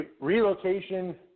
Relocation